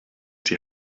die